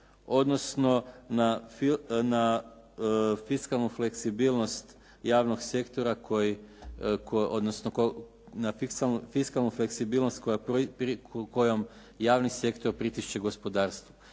odnosno na fiskalnu fleksibilnost kojom javni sektor pritišče gospodarstvo.